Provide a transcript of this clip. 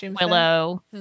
Willow